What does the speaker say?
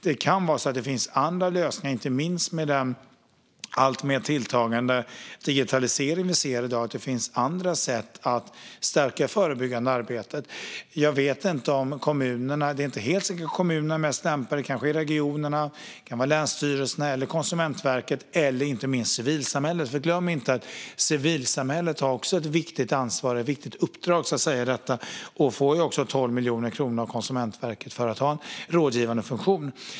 Det kan finnas andra lösningar och andra sätt, inte minst med den alltmer tilltagande digitalisering vi ser i dag, att stärka det förebyggande arbetet. Det är inte helt säkert att kommunerna är de mest lämpade. Det kanske är regionerna; det kanske är länsstyrelserna eller Konsumentverket. Inte minst kan det vara civilsamhället, för vi ska inte glömma att även civilsamhället har ett viktigt ansvar och uppdrag i detta. De får också 12 miljoner kronor av Konsumentverket för att ha en rådgivande funktion.